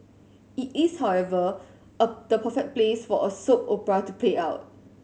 it is however a the perfect place for a soap opera to play out